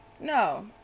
No